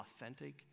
authentic